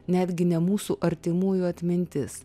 netgi ne mūsų artimųjų atmintis